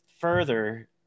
further